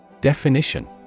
Definition